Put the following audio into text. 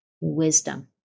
wisdom